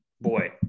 boy